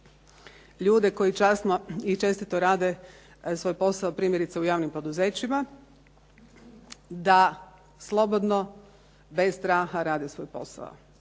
ljude koji časno i čestito rade svoj posao, primjerice u javnim poduzećima da slobodno, bez straha rade svoj posao,